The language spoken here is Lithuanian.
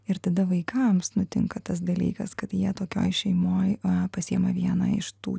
ir tada vaikams nutinka tas dalykas kad jie tokioj šeimoj a pasiima vieną iš tų